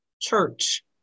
church